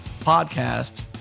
Podcast